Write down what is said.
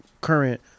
current